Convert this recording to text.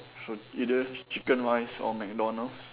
so either chicken rice or McDonald's